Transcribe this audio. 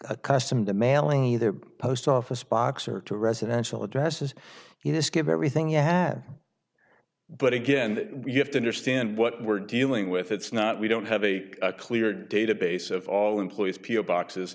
accustomed to mailing either post office box or to residential addresses you just give everything you have but again you have to understand what we're dealing with it's not we don't have a clear database of all employees p o box